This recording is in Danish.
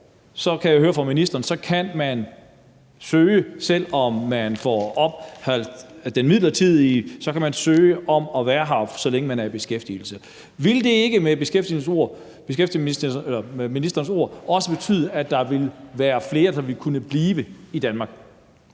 som jeg forstår ministeren, søge, selv om de får midlertidig opholdstilladelse, om at være her, så længe de er i beskæftigelse. Vil det ikke med ministerens ord også betyde, at der vil være flere, der vil kunne blive i Danmark?